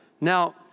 Now